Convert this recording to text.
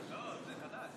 הכנסת.